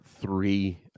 three